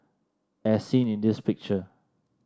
as seen in this picture